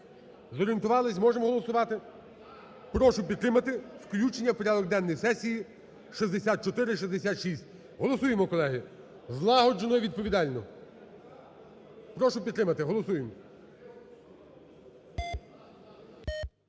Зорієнтувались, можемо голосувати? Прошу підтримати включення в порядок денний сесії 6466. Голосуємо, колеги, злагоджено і відповідально. Прошу підтримати. Голосуємо.